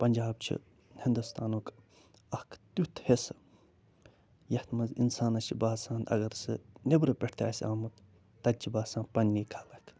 پنٛجاب چھِ ہندُستانُک اکھ تیُتھ حِصہٕ یَتھ منٛز انسانس چھِ باسان اگر سُہ نٮ۪برٕ پٮ۪ٹھ تہِ آسہِ آمُت تَتہِ چھِ باسان پنٛنی خلق